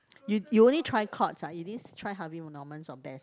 you you only try Courts ah you didn't try Harvey Norman or Best